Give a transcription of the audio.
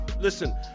listen